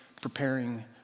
preparing